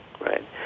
right